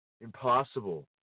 Impossible